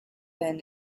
been